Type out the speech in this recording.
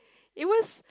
it was